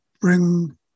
bring